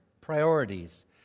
priorities